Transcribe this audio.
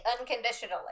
unconditionally